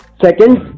second